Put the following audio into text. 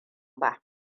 ba